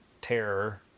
terror